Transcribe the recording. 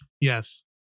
Yes